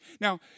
Now